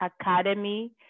Academy